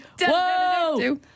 Whoa